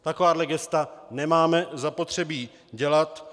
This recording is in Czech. Takováhle gesta nemáme zapotřebí dělat.